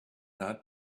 not